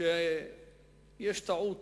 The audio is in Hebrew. שיש טעות